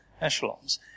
echelons